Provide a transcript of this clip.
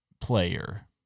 player